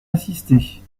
insister